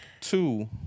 Two